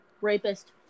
Rapist